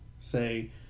say